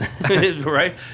Right